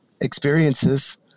experiences